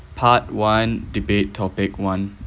part one debate topic one